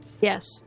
Yes